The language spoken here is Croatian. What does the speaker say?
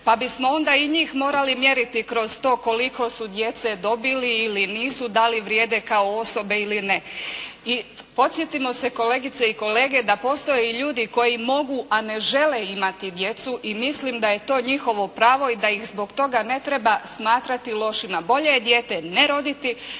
pa bismo onda i njih morali mjeriti kroz to koliko su djece dobili ili nisu, da li vrijede kao osobe ili ne. I podsjetimo se kolegice i kolege da postoje ljudi koji mogu, a ne žele imati djecu i mislim da je to njihovo pravo i da ih zbog toga ne treba smatrati lošima. Bolje je dijete ne roditi